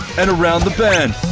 and around the bend,